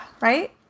right